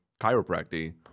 chiropractic